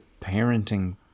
parenting